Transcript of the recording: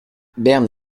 berne